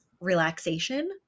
relaxation